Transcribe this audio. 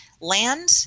land